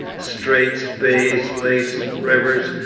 straits, bays, lakes, rivers,